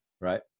right